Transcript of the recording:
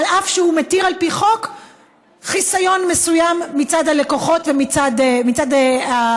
אף שהוא מתיר על פי חוק חיסיון מסוים מצד הלקוחות ומצד הפרקליטים,